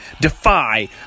Defy